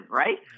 right